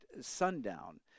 sundown